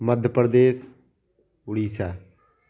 Madhya Pradesh Odisha